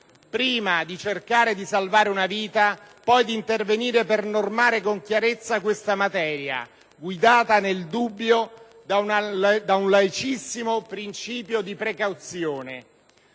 prima di cercare di salvare una vita, poi di intervenire per normare con chiarezza questa materia, guidata, nel dubbio, da un laicissimo principio di precauzione!